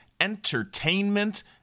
entertainment